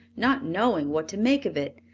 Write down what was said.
not knowing what to make of it.